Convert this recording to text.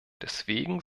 deswegen